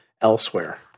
elsewhere